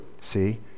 see